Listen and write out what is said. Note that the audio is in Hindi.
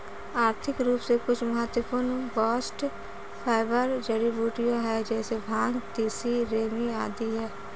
आर्थिक रूप से कुछ महत्वपूर्ण बास्ट फाइबर जड़ीबूटियां है जैसे भांग, तिसी, रेमी आदि है